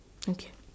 okay